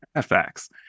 Facts